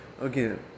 again